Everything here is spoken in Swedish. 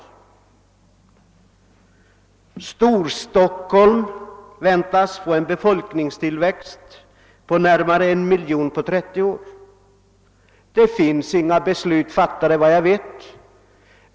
Storstockholm väntas få en befolk ningstillväxt på närmare 1 miljon under 30 år. Det finns enligt vad jag vet inga beslut fattade härom.